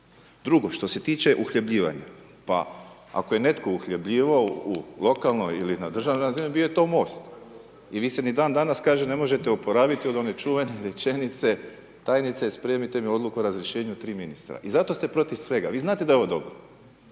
Drugo, što se tiče uhljebljivanja, pa ako je netko uhljebljivao u lokalnoj ili na državnoj razini bio je to Most i vi se ni dan danas, kaže, ne možete oporaviti od one čuvene rečenice, Tajnice spremite mi odluku o razrješenju tri ministra, i zato ste protiv svega. Vi znate da je ovo dobro